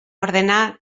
ordena